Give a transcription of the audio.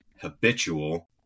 habitual